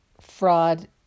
fraud